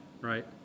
Right